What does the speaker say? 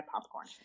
popcorn